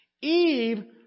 Eve